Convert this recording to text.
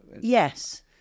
yes